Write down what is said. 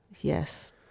Yes